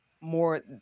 more